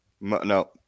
no